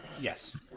yes